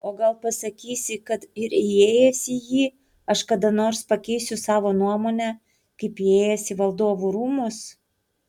o gal pasakysi kad ir įėjęs į jį aš kada nors pakeisiu savo nuomonę kaip įėjęs į valdovų rūmus